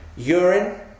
Urine